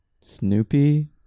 Snoopy